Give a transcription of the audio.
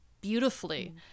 beautifully